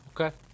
Okay